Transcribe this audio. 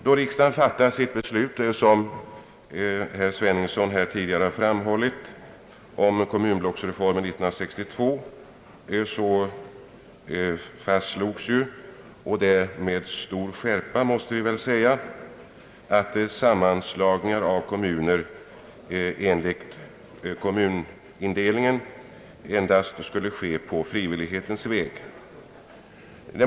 Då riksdagen fattade sitt beslut om kommunblocksreformen fastslogs — såsom herr Sveningsson här påpekat — med stor skärpa att sammanslagningar av kommuner enligt blockindelningen endast skulle ske på frivillighetens väg.